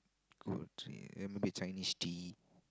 good tea then maybe Chinese tea